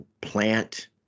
plant